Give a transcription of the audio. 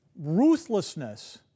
ruthlessness